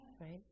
right